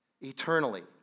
Eternally